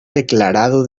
declarado